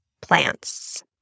plants